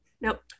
Nope